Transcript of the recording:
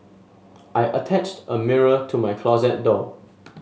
I attached a mirror to my closet door